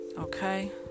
Okay